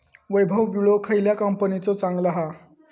वैभव विळो खयल्या कंपनीचो चांगलो हा?